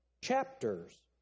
chapters